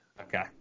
Okay